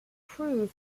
proof